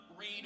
read